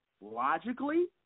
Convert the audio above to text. logically